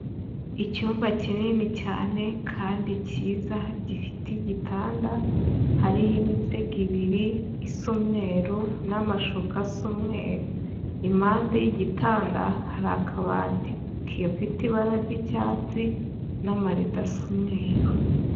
Icyumba kinini cyane kandi kiza gifite igitanda, hariho imisego ibiri isa umweru n'amashuka asa umweru, impande y'igitanda hari akabati gafite ibara ry'icyatsi n'amarido asa umweru.